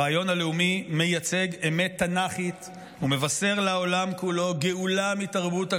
הרעיון הלאומי מייצג אמת תנ"כית ומבשר לעולם כולו גאולה מתרבות הכוח.